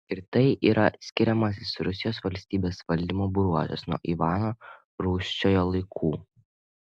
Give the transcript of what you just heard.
ir tai yra skiriamasis rusijos valstybės valdymo bruožas nuo ivano rūsčiojo laikų